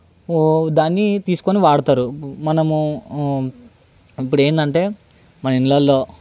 దాన్ని తీసుకొని వాడుతారు మనము ఇప్పుడు ఏంటంటే మన ఇళ్ళల్లో